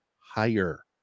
higher